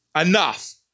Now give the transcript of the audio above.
enough